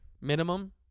Minimum